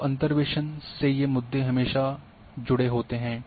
तो अंतर्वेसन से ये मुद्दे हमेशा इस जुड़े होते हैं